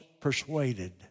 persuaded